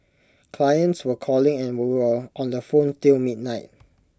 clients were calling and we were on on the phone till midnight